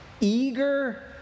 eager